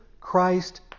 Christ